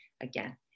again